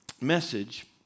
message